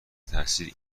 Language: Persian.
تاثیر